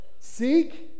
Seek